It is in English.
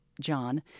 John